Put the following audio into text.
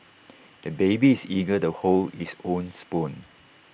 the baby is eager to hold his own spoon